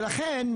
ולכן,